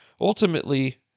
ultimately